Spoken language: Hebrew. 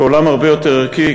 כעולם הרבה יותר ערכי,